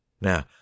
Now